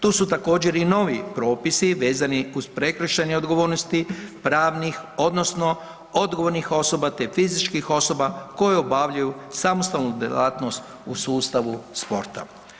Tu su također i novi propisi vezani uz prekršajne odgovornosti pravnih odnosno odgovornih osoba te fizičkih osoba koje obavljaju samostalnu djelatnost u sustavu sporta.